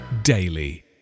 daily